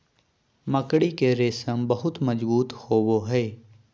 मकड़ी के रेशम बहुत मजबूत होवो हय